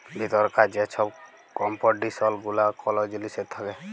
ভিতরকার যে ছব কম্পজিসল গুলা কল জিলিসের থ্যাকে